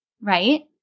right